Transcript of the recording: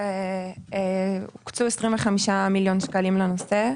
הוקצו 25 מיליון שקלים לנושא.